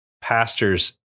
pastors